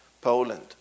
Poland